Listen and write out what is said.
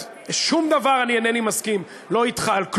שום דבר אני אינני מסכים, לא אתך, על כלום,